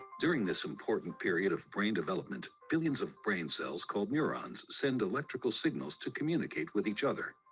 during this important period of brain development, billions of brain cells called neurons send electrical signals to communicate with each other.